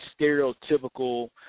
stereotypical